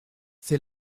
c’est